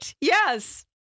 Yes